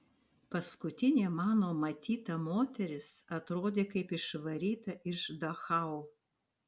paskutinė mano matyta moteris atrodė kaip išvaryta iš dachau